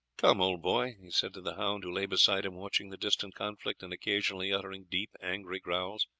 come, old boy, he said to the hound, who lay beside him watching the distant conflict and occasionally uttering deep angry growls.